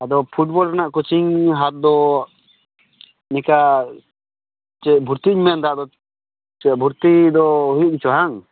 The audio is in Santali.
ᱟᱫᱚ ᱯᱷᱩᱴᱵᱚᱞ ᱨᱮᱱᱟᱜ ᱠᱳᱪᱤᱝ ᱦᱟᱛ ᱫᱚ ᱱᱮᱠᱟ ᱪᱮᱫ ᱵᱷᱚᱨᱛᱤᱜ ᱤᱧ ᱢᱮᱱᱮᱫᱟ ᱟᱫᱚ ᱪᱮᱫ ᱵᱷᱚᱨᱛᱤ ᱫᱚ ᱦᱩᱭᱩᱜ ᱜᱮᱪᱚ ᱦᱟᱝ